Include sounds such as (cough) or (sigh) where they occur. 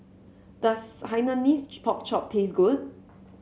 does Hainanese (noise) Pork Chop taste good